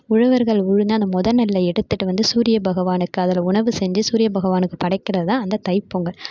உழவர்கள் உழுந் அந்த மொதல் நெல்லை எடுத்துட்டு வந்து சூரிய பகவானுக்கு அதில் உணவு செஞ்சு சூரிய பகவானுக்கு படைக்கிறதுதான் அந்த தை பொங்கல்